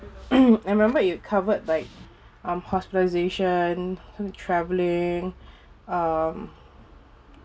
I remember it'll covered like um hospitalization traveling um